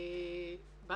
משרד הבריאות.